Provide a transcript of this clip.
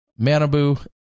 Manabu